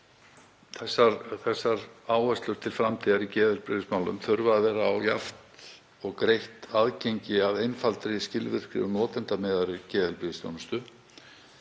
Þessar áherslur til framtíðar í geðheilbrigðismálum þurfa að vera jafnt og greitt aðgengi að einfaldri, skilvirkri og notendamiðaðri geðheilbrigðisþjónustu